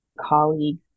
colleagues